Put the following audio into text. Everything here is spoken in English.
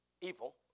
evil